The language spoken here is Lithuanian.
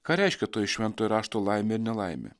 ką reiškia toji šventojo rašto laimė ir nelaimė